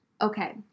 Okay